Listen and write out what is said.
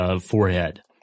forehead